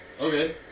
okay